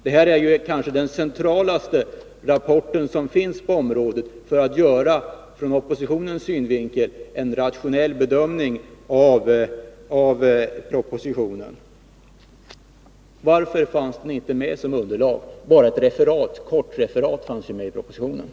Den saknade rapporten är kanske den centralaste rapport som finns på området när det gäller att göra en ur oppositionens synvinkel rationell bedömning av propositionen. Varför fanns denna rapport inte med såsom underlag utan bara ett kortfattat referat?